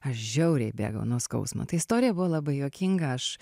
aš žiauriai bėgau nuo skausmo tai istorija buvo labai juokinga aš